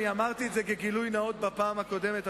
אמרתי את זה כגילוי נאות בפעם הקודמת,